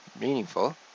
meaningful